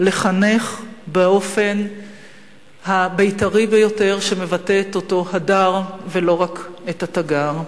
לחנך באופן הבית"רי ביותר שמבטא את אותו "הדר" ולא רק את ה"תגר".